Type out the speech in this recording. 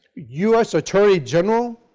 u. s. attorney general,